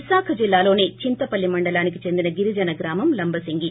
విశాఖ జిల్లాలోని చింతపల్లి మండలానికి చెందిన గ్రామం లంబసింగి